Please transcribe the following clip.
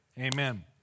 Amen